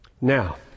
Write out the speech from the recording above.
Now